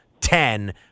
ten